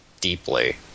deeply